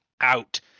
out